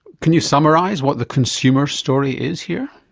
can you summarise what the consumer's story is here?